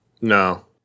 No